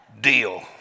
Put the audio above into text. deal